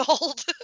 old